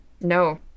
no